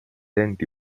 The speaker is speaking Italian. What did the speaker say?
enti